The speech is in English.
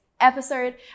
episode